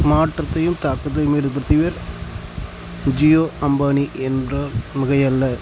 மாற்றத்தையும் தாக்கத்தையும் ஏற்படுத்தியவர் ஜியோ அம்பானி என்றால் மிகையல்ல